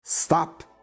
Stop